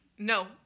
No